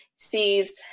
sees